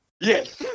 Yes